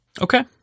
Okay